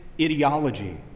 ideology